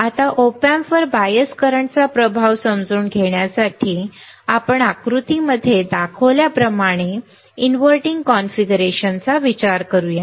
आता op amp वर bias करंट्सचा प्रभाव समजून घेण्यासाठी आपण आकृतीमध्ये दाखवल्याप्रमाणे इन्व्हर्टिंग कॉन्फिगरेशनचा विचार करूया